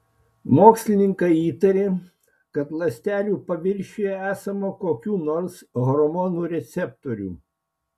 mokslininkai įtarė kad ląstelių paviršiuje esama kokių nors hormonų receptorių